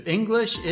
English